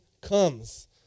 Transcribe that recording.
comes